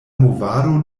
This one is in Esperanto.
movado